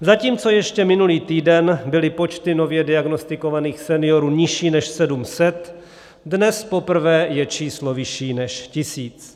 Zatímco ještě minulý týden byly počty nově diagnostikovaných seniorů nižší než 700, dnes poprvé je číslo vyšší než tisíc.